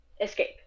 escape